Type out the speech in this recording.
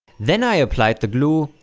then i applied the glue,